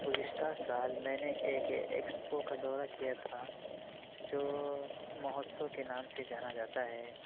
گزشتہ سال میں نے ایک ایکسپو کا دورہ کیا تھا جو مہوتسو کے نام سے جانا جاتا ہے